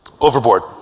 Overboard